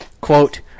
Quote